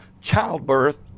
childbirth